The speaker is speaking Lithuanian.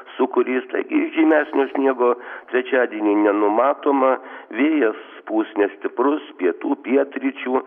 sūkurys taigi žymesnio sniego trečiadienį nenumatoma vėjas pūs nestiprus pietų pietryčių